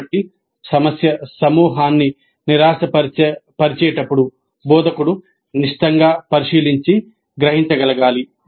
కాబట్టి సమస్య సమూహాన్ని నిరాశపరిచేటప్పుడు బోధకుడు నిశితంగా పరిశీలించి గ్రహించగలగాలి